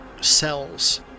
cells